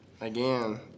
again